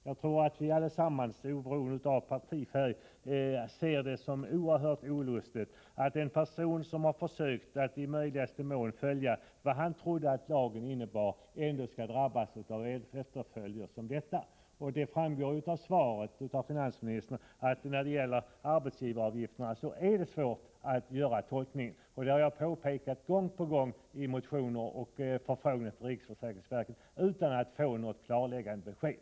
Jag tror att vi alla oavsett partifärg ser det som oerhört olustigt att en person som efter förmåga försökt följa vad han trodde att lagen stadgar ändå skall drabbas av sådana påföljder som har förekommit. Det framgår av det som finansministern har sagt att det är svårt att tolka reglerna för arbetsgivaravgifterna. Också jag har påpekat detta, gång på gång, i motioner och i förfrågningar till riksskatteverket, men utan att få något klarläggande besked.